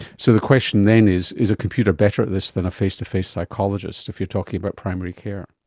so the question then is is a computer better at this than a face-to-face psychologist, if you're talking about primary care?